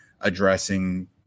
addressing